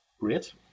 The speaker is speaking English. Great